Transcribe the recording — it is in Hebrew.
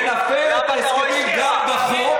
ונפר הסכמים גם בחוק,